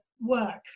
work